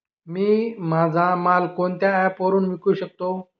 मी माझा माल कोणत्या ॲप वरुन विकू शकतो?